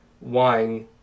wine